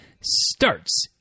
starts